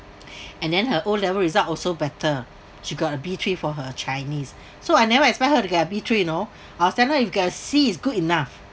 and then her O level result also better she got a B three for her chinese so I never expect her to get a B three you know I was telling her if you got a C is good enough